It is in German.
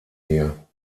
hier